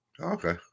Okay